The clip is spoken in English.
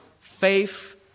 faith